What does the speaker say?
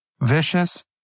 vicious